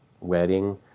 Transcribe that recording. wedding